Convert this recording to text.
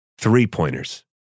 Three-pointers